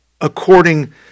according